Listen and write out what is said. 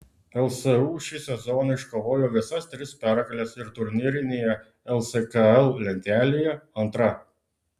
lsu šį sezoną iškovojo visas tris pergales ir turnyrinėje lskl lentelėje antra